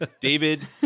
david